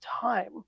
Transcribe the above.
time